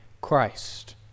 Christ